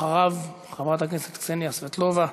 אחריו, חברת הכנסת קסניה סבטלובה.